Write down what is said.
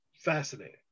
fascinating